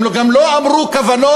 הם גם לא אמרו כוונות,